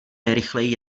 nejrychleji